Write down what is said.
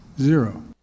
Zero